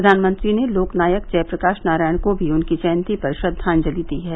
प्रधानमंत्री ने लोकनायक जयप्रकाश नारायण को भी उनकी जयंती पर श्रद्वांजलि दी है